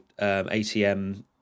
ATM